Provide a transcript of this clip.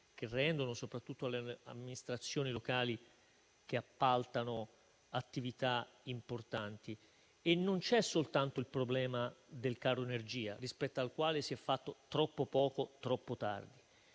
che rendono, soprattutto alle amministrazioni locali, che appaltano attività importanti. Non c'è soltanto il problema del caro energia, rispetto al quale si è fatto troppo poco e troppo tardi.